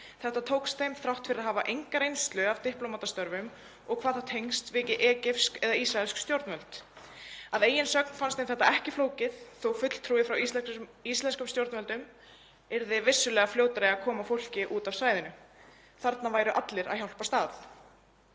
Þetta tókst þeim þrátt fyrir að hafa enga reynslu af diplómatastörfum og hvað þá tengsl við egypsk eða ísraelsk stjórnvöld. Að eigin sögn fannst þeim þetta ekki flókið þótt fulltrúi frá íslenskum stjórnvöldum yrði vissulega fljótari að koma fólki út af svæðinu. Þarna væru allir að hjálpast að.